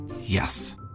Yes